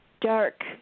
Dark